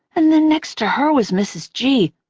and then next to her was mrs. g,